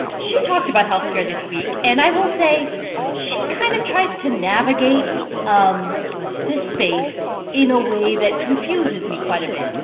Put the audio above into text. she talked about health care this week. and i will say she kind of tries to navigate um this space in a way that confuses me quite a bit.